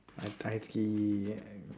I tried kill and